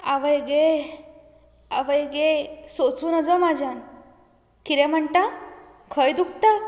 आवय गे आवय गे सोसूं नजो म्हज्यान कितें म्हणटा खंय दुकता